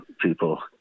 people